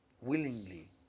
willingly